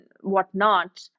whatnot